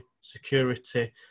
security